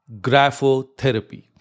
graphotherapy